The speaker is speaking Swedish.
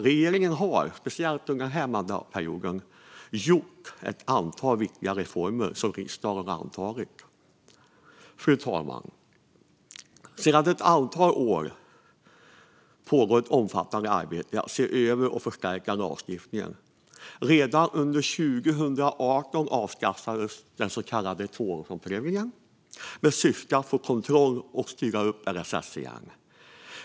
Regeringen har också, särskilt under här mandatperioden, gjort ett antal viktiga reformer som riksdagen antagit. Fru talman! Sedan ett antal år pågår ett omfattande arbete med att se över och förstärka lagstiftningen. Redan under 2018 avskaffades den så kallade tvåårsomprövningen i syfte att få kontroll och styra upp LSS igen.